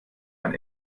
ein